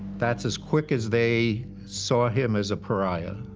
that's as quick as they saw him as a pariah.